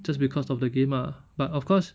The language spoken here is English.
just because of the game ah but of course